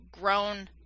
grown